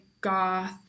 goth